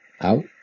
Out